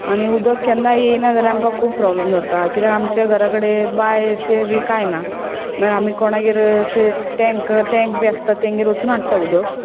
आनी उदक केन्नाय येयना जाल्यार आमकां खूब प्रोब्लम जाता कित्याक आमच्या घरा कडेन बांय अशें बी कांय ना मागीर आमी कोणागेर अशें टँकर टँक बी आसता तेंगेर वचून हाडटात उदक